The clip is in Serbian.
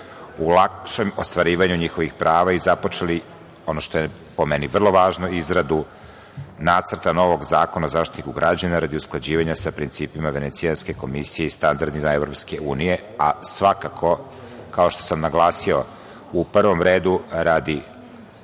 u lakšem ostvarivanju njihovih prava i započeli ono što je po meni vrlo važno, izradu nacrta novog Zakona o Zaštitniku građana radi usklađivanjima sa principima Venecijanske komisije i standardima EU, a svakako, kao što sam naglasio, u prvom redu radi